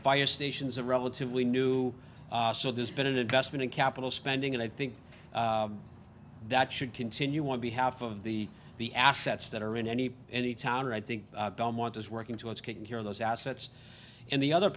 fire stations are relatively new so there's been an investment in capital spending and i think that should continue on behalf of the the assets that are in any any town or i think belmont is working towards getting here those assets and the other